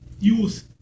use